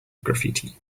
graffiti